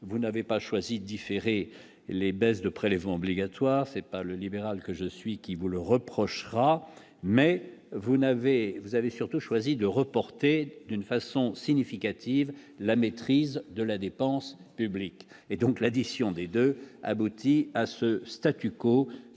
vous n'avez pas choisi différer les baisses de prélèvements obligatoires, c'est pas le libéral que je suis qui vous le reprochera mais vous n'avez vous avez surtout choisi de reporter d'une façon significative la maîtrise de la dépense publique et donc l'addition des 2 aboutit à ce statu quo dans le